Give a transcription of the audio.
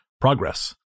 progress